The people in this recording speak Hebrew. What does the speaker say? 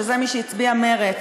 שזה מי שהצביע מרצ,